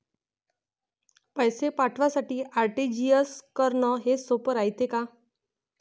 पैसे पाठवासाठी आर.टी.जी.एस करन हेच सोप रायते का?